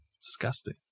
Disgusting